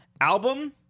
album